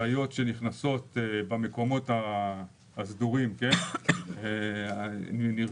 המשאיות שנכנסות במקומות הסדורים נרשמות,